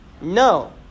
No